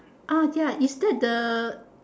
ah ya is that the